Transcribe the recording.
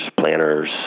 planners